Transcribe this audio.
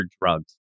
drugs